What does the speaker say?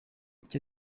icyo